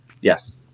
Yes